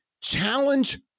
challenge